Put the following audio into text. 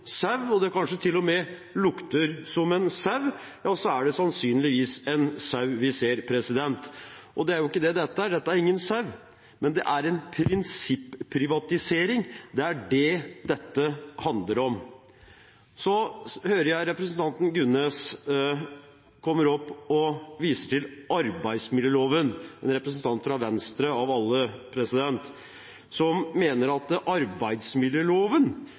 sau og kanskje til og med lukter som en sau, ja, så er det sannsynligvis en sau. Men det er ikke det dette er. Dette er ingen sau. Det er en prinsipp-privatisering dette handler om. Jeg hører representanten Gunnes vise til arbeidsmiljøloven – en representant fra Venstre av alle – og mene at det er arbeidsmiljøloven som skal sørge for at folk får skikkelig betalt. Da synes jeg representanten Gunnes fra Venstre skal lese arbeidsmiljøloven.